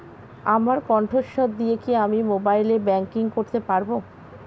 আমার কন্ঠস্বর দিয়ে কি আমি মোবাইলে ব্যাংকিং করতে পারবো?